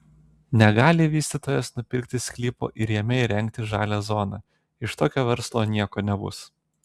negali vystytojas nupirkti sklypo ir jame įrengti žalią zoną iš tokio verslo nieko nebus